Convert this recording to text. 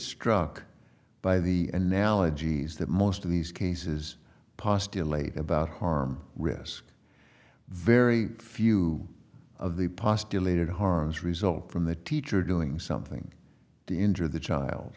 struck by the analogies that most of these cases postulate about harm risk very few of the postulated harms result from the teacher doing something to injure the child